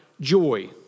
joy